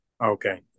Okay